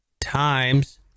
times